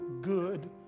good